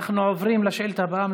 אנחנו עוברים לשאילתה הבאה,